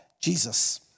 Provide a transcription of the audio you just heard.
Jesus